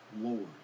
Lord